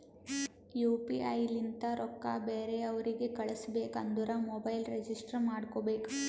you P I ಲಿಂತ ರೊಕ್ಕಾ ಬೇರೆ ಅವ್ರಿಗ ಕಳುಸ್ಬೇಕ್ ಅಂದುರ್ ಮೊಬೈಲ್ ರಿಜಿಸ್ಟರ್ ಮಾಡ್ಕೋಬೇಕ್